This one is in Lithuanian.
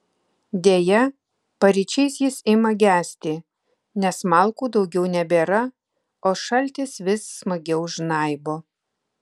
deja paryčiais jis ima gesti nes malkų daugiau nebėra o šaltis vis smagiau žnaibo